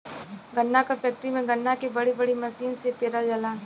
गन्ना क फैक्ट्री में गन्ना के बड़ी बड़ी मसीन से पेरल जाला